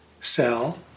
Cell